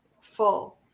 full